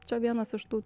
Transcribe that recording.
čia vienas iš tų